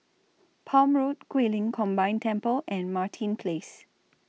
Palm Road Guilin Combined Temple and Martin Place